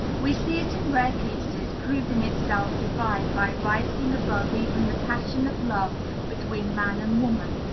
we see it in rare cases, proving itself divine by rising above even the passion of love between man and woman,